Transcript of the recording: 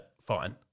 fine